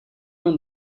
own